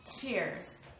Cheers